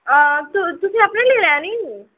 हां तुस तुसें अपने लेई लैनी निं